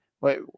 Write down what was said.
wait